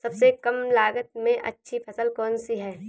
सबसे कम लागत में अच्छी फसल कौन सी है?